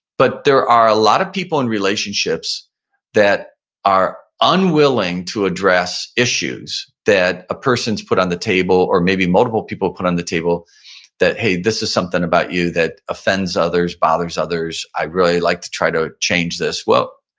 but there are a lot of people in relationships that are unwilling to address issues that a person's put on the table or maybe multiple people put on the table that, hey, this is something about you that offends others, bothers others. i really like to try to change this. well,